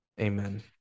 Amen